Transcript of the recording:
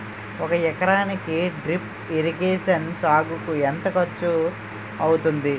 ఒక ఎకరానికి drip irrigation సాగుకు ఎంత ఖర్చు అవుతుంది?